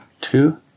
Two